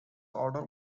order